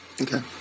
Okay